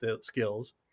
skills